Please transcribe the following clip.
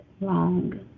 wrong